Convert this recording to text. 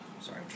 Sorry